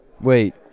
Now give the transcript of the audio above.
Wait